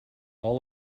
all